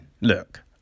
look